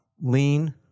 Lean